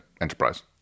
Enterprise